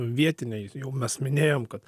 vietiniai jau mes minėjom kad